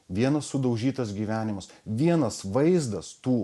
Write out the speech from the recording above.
vienas sudaužytas gyvenimas vienas vaizdas tų